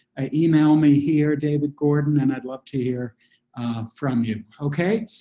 ah email me here, david gordon, and i'd love to hear from you. okay?